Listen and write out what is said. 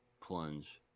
plunge